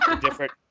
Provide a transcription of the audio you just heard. different